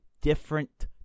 different—